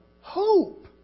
hope